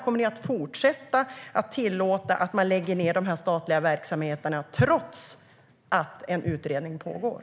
Kommer ni att fortsätta att tillåta att man lägger ned de statliga verksamheterna, trots att en utredning pågår?